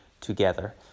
together